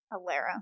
alera